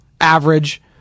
average